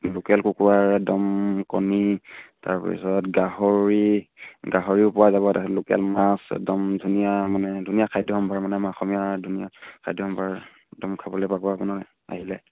local কুকুৰাৰ একদম কণী তাৰপিছত গাহৰি গাহৰিও পোৱা যাব তাছত লোকেল মাছ একদম ধুনীয়া মানে ধুনীয়া খাদ্য সম্ভাৰ মানে আমাৰ অসমীয়া ধুনীয়া খাদ্য সম্ভাৰ একদম খাবলৈ পাব আপোনাৰ আহিলে